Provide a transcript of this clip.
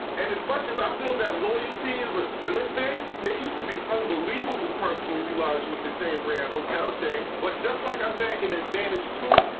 and as much as i feel that loyalty is a good thing, there used to be unbelievable perks when you lodged with the same brand hotel chain. but, just like i said in advantage two,